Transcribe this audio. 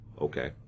Okay